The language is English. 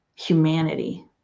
humanity